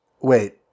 Wait